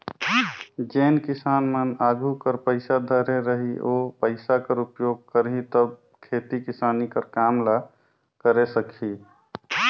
जेन किसान मन आघु कर पइसा धरे रही ओ पइसा कर उपयोग करही तब खेती किसानी कर काम ल करे सकही